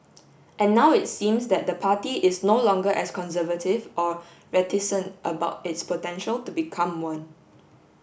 and now it seems that the party is no longer as conservative or reticent about its potential to become one